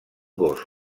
gos